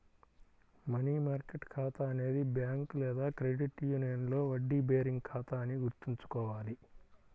money market ఖాతా అనేది bank లేదా క్రెడిట్ యూనియన్లో వడ్డీ బేరింగ్ ఖాతా అని గుర్తుంచుకోవాలి